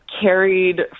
carried